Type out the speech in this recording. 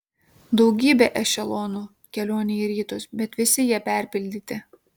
daugybė ešelonų kelionei į rytus bet visi jie perpildyti